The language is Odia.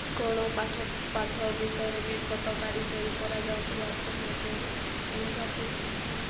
କ'ଣ ପାଠ ପାଠ ବିଷୟରେ ବି ଫଟୋ କାଢ଼ି ସେଣ୍ଡ କରାଯାଉଛି ହ୍ୱାଟସ୍ଆପ୍ ମାଧ୍ୟମରେ ସାଙ୍ଗସାଥି